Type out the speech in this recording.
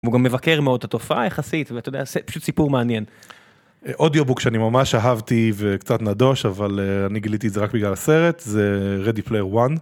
הוא גם מבקר מאוד את התופעה יחסית ואתה יודע זה פשוט סיפור מעניין. אודיובוק שאני ממש אהבתי וקצת נדוש אבל אני גיליתי את זה רק בגלל הסרט זה Ready Player One.